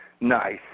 nice